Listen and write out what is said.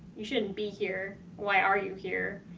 you shouldn't be here. why are you here?